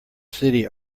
city